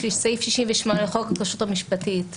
יש סעיף 68 לחוק הכשרות המשפטית והאפוטרופסות,